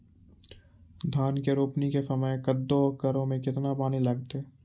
धान के रोपणी के समय कदौ करै मे केतना पानी लागतै?